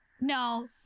no